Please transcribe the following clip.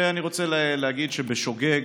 אני רוצה לומר שבשוגג,